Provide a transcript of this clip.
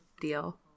deal